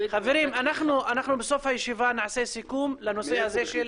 אנחנו בסוף הישיבה נעשה סיכום לנושא הזה של